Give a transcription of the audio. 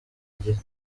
igihe